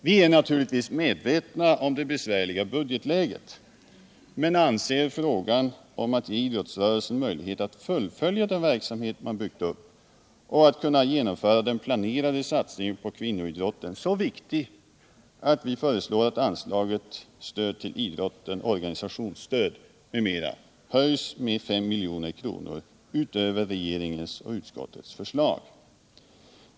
Vi är medvetna om det besvärliga budgetläget, men vi anser frågan om att ge idrottsrörelsen möjlighet att fullfölja den verksamhet den byggt upp samt att genomföra den planerade satsningen på kvinnoidrotten så viktig, att vi föreslår att anslaget Stöd till idrotten: Organisationsstöd m.m. höjs med 5 milj.kr. utöver regeringens och utskottets förslag.